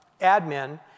admin